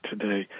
today